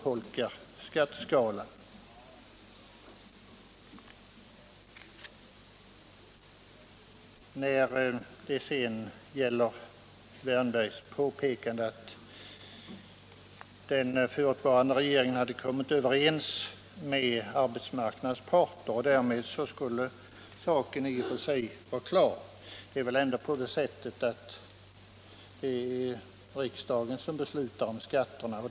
Herr Wärnberg påpekade att den förutvarande regeringen hade kommit överens med arbetsmarknadens parter. Därmed skulle saken i och för sig vara klar, menade han. Men det är väl ändå så att det är riksdagen som beslutar om skatterna.